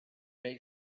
may